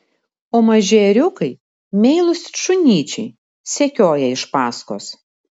o maži ėriukai meilūs it šunyčiai sekioja iš paskos